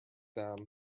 down